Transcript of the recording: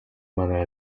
manera